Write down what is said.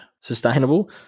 sustainable